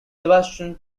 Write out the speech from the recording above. sebastian